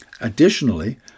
Additionally